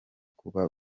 kuba